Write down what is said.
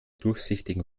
durchsichtigen